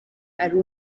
ari